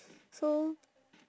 so